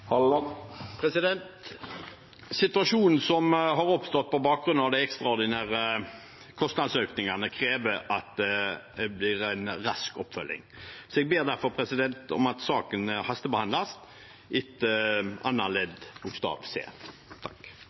Situasjonen som har oppstått på bakgrunn av de ekstraordinære kostnadsøkningene, krever at det blir en rask oppfølging. Jeg ber derfor om at saken hastebehandles etter forretningsordenen § 39 andre ledd bokstav c.